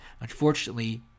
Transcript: Unfortunately